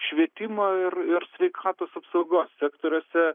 švietimo ir ir sveikatos apsaugos sektoriuose